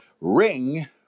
ring